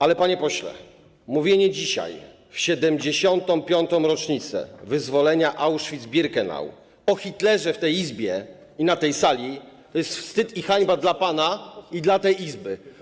Ale, panie pośle, mówienie dzisiaj, w 75. rocznicę wyzwolenia Auschwitz-Birkenau, o Hitlerze w tej Izbie i na tej sali to jest wstyd i hańba dla pana i dla tej Izby.